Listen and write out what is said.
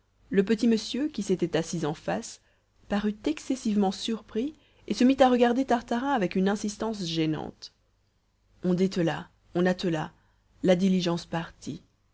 le petit monsieur qui s'était assis en face parut excessivement surpris et se mit à regarder tartarin avec une insistance gênante on détela on attela la diligence partit